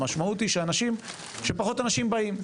המשמעות היא שפחות אנשים באים,